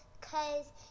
cause